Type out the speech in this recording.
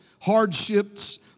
hardships